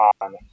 on